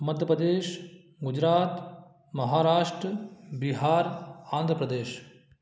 Madhya Pradesh Gujarat Maharashtra Bihar Andhra Pradesh